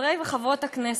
חברי וחברות הכנסת,